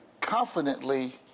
confidently